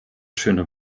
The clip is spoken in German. schöne